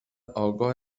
آگاه